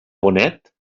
bonet